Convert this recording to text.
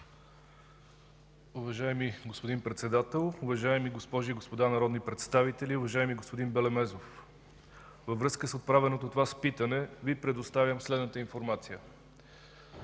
Уважаеми господин Председател, уважаеми госпожи и господа народни представители! Уважаеми господин Белемезов, във връзка с отправеното от Вас питане Ви предоставям следната информация.